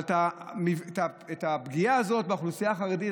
אבל את הפגיעה הזאת באוכלוסייה החרדית,